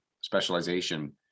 specialization